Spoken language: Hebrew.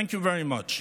Thank you very much.